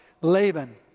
Laban